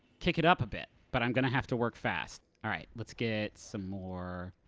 kick it up a bit, but i'm gonna have to work fast. alright, let's get. some more.